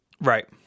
Right